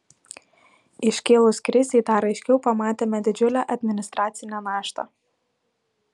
iškilus krizei dar aiškiau pamatėme didžiulę administracinę naštą